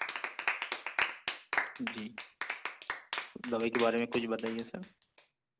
جی دوائی کے بارے میں کچھ بتائیے سر